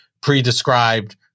pre-described